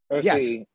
Yes